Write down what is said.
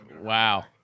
Wow